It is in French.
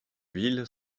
villes